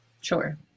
Sure